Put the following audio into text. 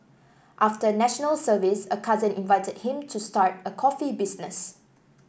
after National Service a cousin invited him to start a coffee business